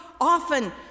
often